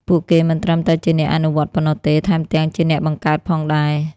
ពួកគេមិនត្រឹមតែជាអ្នកអនុវត្តប៉ុណ្ណោះទេ ថែមទាំងជាអ្នកបង្កើតផងដែរ។